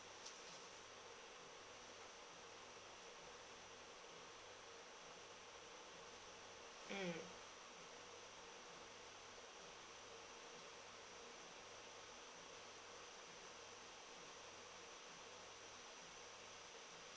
mm